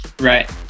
Right